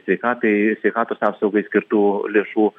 sveikatai sveikatos apsaugai skirtų lėšų